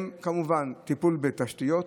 הוא כמובן טיפול בתשתיות,